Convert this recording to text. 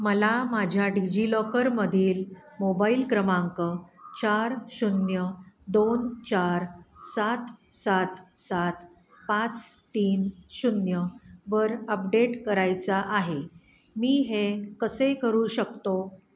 मला माझ्या डिजिलॉकरमधील मोबाईल क्रमांक चार शून्य दोन चार सात सात सात पाच तीन शून्य वर अपडेट करायचा आहे मी हे कसे करू शकतो